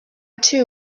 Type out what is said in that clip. too